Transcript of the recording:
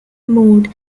maud